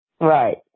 Right